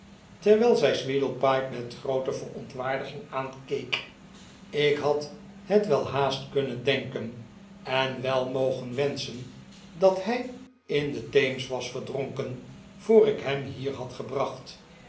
terwijl zij sweedlepipe met groote verontwaardiging aankeek ik had het wel haast kunnen denken en wel mogen wensc hen dat hij in den teems was verdronken voor ik hem hier had gebracht